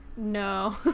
no